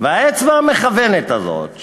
האצבע המכוונת הזו,